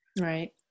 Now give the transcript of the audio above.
Right